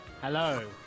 Hello